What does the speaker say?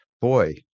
boy